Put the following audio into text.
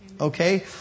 okay